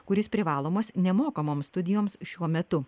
kuris privalomas nemokamoms studijoms šiuo metu